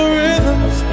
rhythms